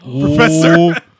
Professor